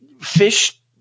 fish